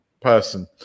person